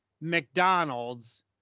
McDonald's